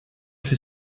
his